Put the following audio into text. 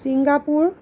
Singapore